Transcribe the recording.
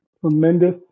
tremendous